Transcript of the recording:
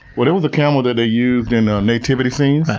well it was a camel that they used in ah nativity scenes,